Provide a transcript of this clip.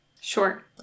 Sure